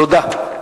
תודה.